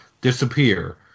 disappear